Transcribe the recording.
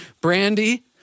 Brandy